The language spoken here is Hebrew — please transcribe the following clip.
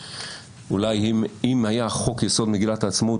שאולי אם היה חוק יסוד מגילת העצמאות,